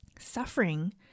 Suffering